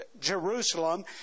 Jerusalem